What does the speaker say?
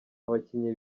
abakinnyi